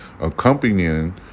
accompanying